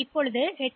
இந்த எச்